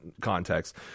context